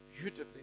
beautifully